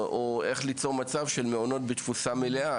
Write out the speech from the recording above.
או איך ליצור מצב של מעונות בתפוסה מלאה,